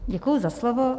Děkuji za slovo.